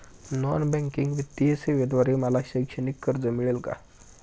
Non banking वित्तीय सेवेद्वारे मला शैक्षणिक कर्ज मिळेल का?